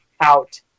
out